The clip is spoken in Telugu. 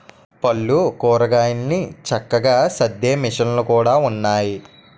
పళ్ళు, కూరగాయలన్ని చక్కగా సద్దే మిసన్లు కూడా ఉన్నాయయ్య